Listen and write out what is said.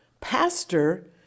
pastor